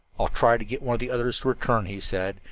i'll try to get one of the others to return, he said,